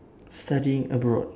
studying abroad